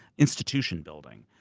institution building.